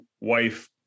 wife